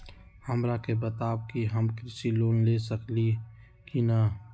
हमरा के बताव कि हम कृषि लोन ले सकेली की न?